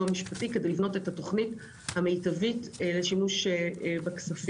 המשפטי כדי לבנות את התוכנית המיטבית לשימוש בכספים.